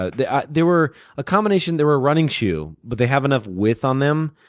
ah they they were a combination. they were a running shoe, but they have enough width on them.